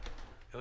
רוני